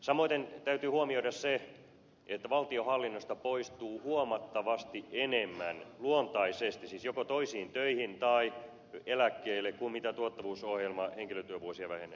samaten täytyy huomioida se että valtionhallinnosta poistuu huomattavasti enemmän luontaisesti siis joko toisiin töihin tai eläkkeelle kuin mitä tuottavuusohjelma henkilötyövuosia vähentää